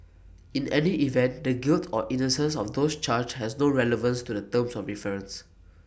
in any event the guilt or innocence of those charged has no relevance to the terms of reference